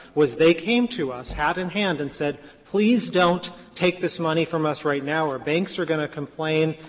was they came to us, hat in hand, and said please don't take this money from us right now, our banks are going to complain,